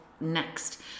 next